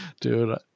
dude